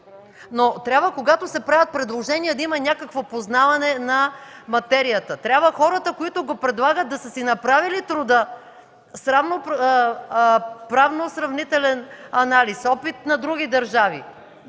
срок. Когато се правят предложенията, трябва да има някакво познаване на материята. Трябва хората, които го предлагат, да са си направили труда с правно-сравнителен анализ, с опит на други държави.